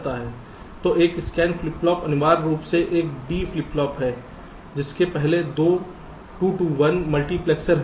तो एक scan flip flop अनिवार्य रूप से एक D फ्लिप फ्लॉप है जिसके पहले 2 से 1 मल्टीप्लेक्सर है